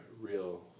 real